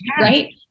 Right